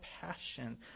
passion